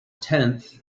tenth